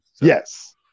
yes